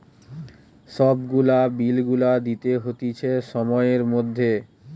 সব গুলা বিল গুলা দিতে হতিছে সময়ের মধ্যে